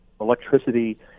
electricity